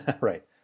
Right